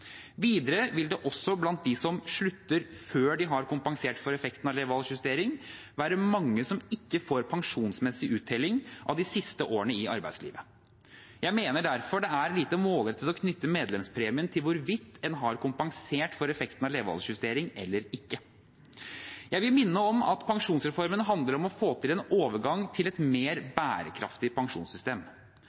Videre vil det også blant dem som slutter før de har kompensert for effekten av levealdersjustering, være mange som ikke får pensjonsmessig uttelling av de siste årene i arbeidslivet. Jeg mener derfor det er lite målrettet å knytte medlemspremien til hvorvidt en har kompensert for effekten av levealdersjustering eller ikke. Jeg vil minne om at pensjonsreformen handler om å få til en overgang til et mer bærekraftig pensjonssystem.